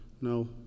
No